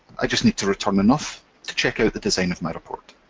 i just need to return enough to check out the design of my report.